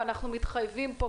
ואנחנו מתחייבים פה,